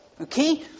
Okay